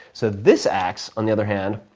so this ax, on the other hand,